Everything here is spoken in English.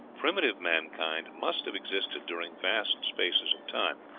primitive mankind must have existed during vast spaces of time,